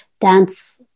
dance